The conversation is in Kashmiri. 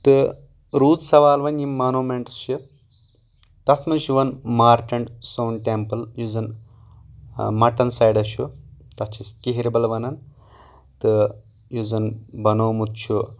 تہٕ روٗد سوال وَنۍ یِم مونومیٚنٛٹٕس چھِ تَتھ منٛز چھُ یِوان مارٹند سون ٹیٚمپٔل یُس زَن مٹَن سیٚڈس چھُ تَتھ چھِ أسۍ کِہربل وَنان تہٕ یُس زَن بَنومُت چھُ